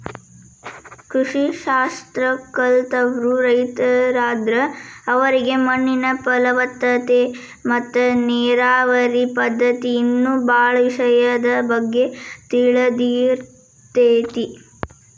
ಕೃಷಿ ಶಾಸ್ತ್ರ ಕಲ್ತವ್ರು ರೈತರಾದ್ರ ಅವರಿಗೆ ಮಣ್ಣಿನ ಫಲವತ್ತತೆ ಮತ್ತ ನೇರಾವರಿ ಪದ್ಧತಿ ಇನ್ನೂ ಬಾಳ ವಿಷಯದ ಬಗ್ಗೆ ತಿಳದಿರ್ತೇತಿ